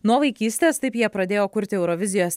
nuo vaikystės taip jie pradėjo kurti eurovizijos